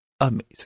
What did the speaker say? amazing